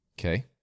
Okay